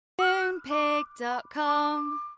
Moonpig.com